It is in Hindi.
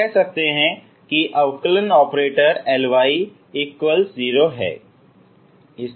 हम कह सकते हैं की अवकलन ऑपरेटर Ly 0 है